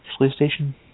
PlayStation